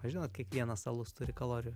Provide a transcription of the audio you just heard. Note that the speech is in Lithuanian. žinot kiekvienas alus turi kalorijų